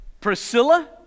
Priscilla